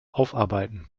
aufarbeiten